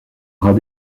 rats